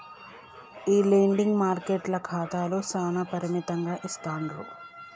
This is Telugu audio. ఈ లెండింగ్ మార్కెట్ల ఖాతాలు చానా పరిమితంగా ఇస్తాండ్రు